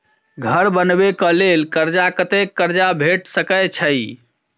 घर बनबे कऽ लेल कर्जा कत्ते कर्जा भेट सकय छई?